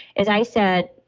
as i said,